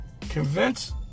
convince